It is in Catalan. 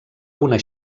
una